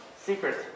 secret